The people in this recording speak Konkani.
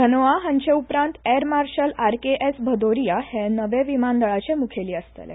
धनोआ हांचे उपरांत एर मार्शल आरकेएस भदोरिया हे नवें विमानतळाचे मुखैली आसतले